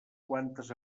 quantes